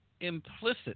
implicit